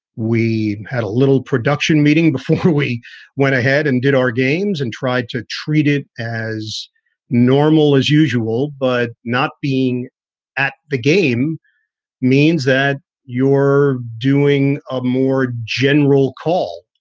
we had a little production meeting before we went ahead and did our games and tried to treat it as normal as usual. but not being at the game means that you're doing a more general call.